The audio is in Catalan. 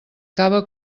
cava